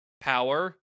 power